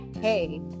Hey